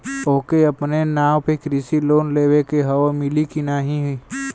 ओके अपने नाव पे कृषि लोन लेवे के हव मिली की ना ही?